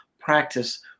practice